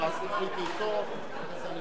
ו-6969.